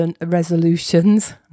resolutions